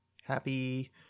Happy